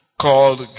called